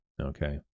Okay